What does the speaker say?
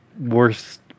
worst